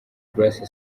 grace